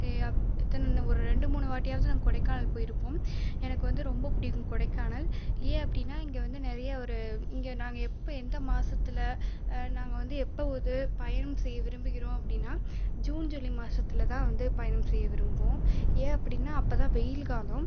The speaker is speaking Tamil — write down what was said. எத்தனை ஒரு ரெண்டு மூணு வாட்டியாவது நாங்கள் கொடைக்கானல் போயிருப்போம் எனக்கு வந்து ரொம்ப பிடிக்கும் கொடைக்கானல் ஏன் அப்படின்னால் இங்கே வந்து நிறைய ஒரு இங்கே நாங்கள் எப்போ எந்த மாசத்தில் நாங்கள் வந்து எப்போது பயணம் செய்ய விரும்புகிறோம் அப்படின்னால் ஜூன் ஜூலை மாசத்தில் தான் வந்து பயணம் செய்ய விரும்புவோம் ஏன் அப்படின்னால் அப்போ தான் வெயில் காலம்